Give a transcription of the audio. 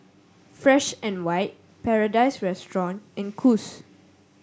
Fresh and White Paradise Restaurant and Kose